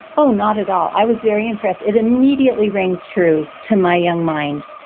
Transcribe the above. oh, not at all. i was very impressed. it immediately rang true to my young mind.